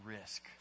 risk